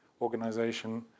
organization